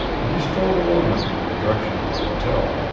and he strolled along with me in the direction of my hotel,